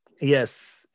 yes